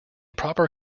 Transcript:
proper